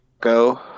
Go